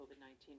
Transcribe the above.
COVID-19